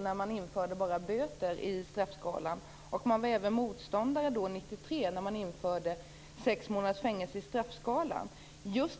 när det infördes enbart böter i straffskalan. Man var även motståndare år 1993 när det infördes sex månaders fängelse i straffskalan.